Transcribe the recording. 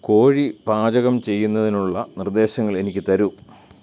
കോഴി പാചകം ചെയ്യുന്നതിനുള്ള നിർദ്ദേശങ്ങൾ എനിക്ക് തരൂ